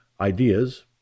ideas